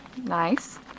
nice